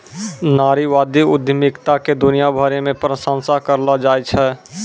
नारीवादी उद्यमिता के दुनिया भरी मे प्रशंसा करलो जाय छै